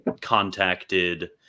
contacted